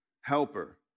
Helper